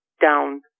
down